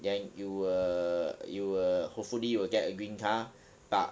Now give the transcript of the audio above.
then you will you will hopefully you will get a green car but